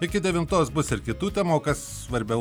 iki devintos bus ir kitų temų o kas svarbiau